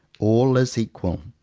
all is equal.